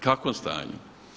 Kakvom stanju?